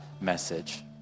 message